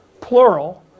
plural